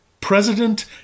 President